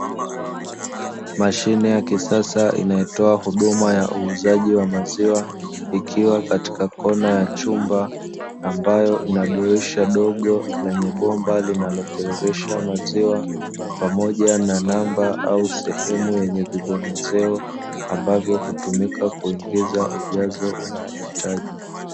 Mashine ya kisasa inayotoa huduma ya uuzaji wa maziwa, ikiwa katika kona ya chumba, ambayo ina dirisha dogo lenye bomba linalotiririsha maziwa, pamoja na namba au sehemu yenye vibonyezeo, ambavyo hutumika kuingiza ujazo unaohitaji.